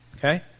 Okay